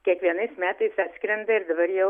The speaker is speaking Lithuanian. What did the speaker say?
kiekvienais metais atskrenda ir dabar jau